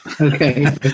okay